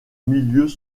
milieux